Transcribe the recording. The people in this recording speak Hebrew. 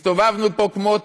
הסתובבנו פה כמו,